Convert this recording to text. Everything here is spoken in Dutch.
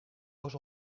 was